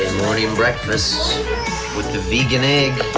morning breakfast with the vegan egg.